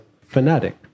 fanatic